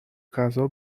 غذا